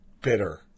bitter